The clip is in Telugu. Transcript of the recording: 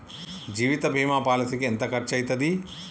జీవిత బీమా పాలసీకి ఎంత ఖర్చయితది?